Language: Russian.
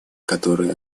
которое